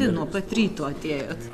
nuo pat ryto atėjot